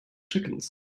chickens